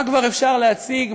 מה כבר אפשר להציג?